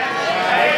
הצעת סיעת קדימה להביע